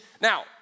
now